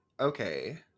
okay